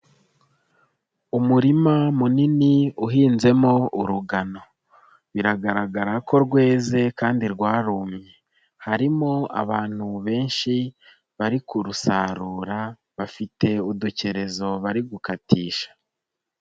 Umurima munini uhinzemo urugano, biragaragara ko rweze kandi rwarumye, harimo abantu benshi bari kurusarura bafite udukerezo bari gukatisha.